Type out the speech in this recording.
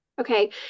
Okay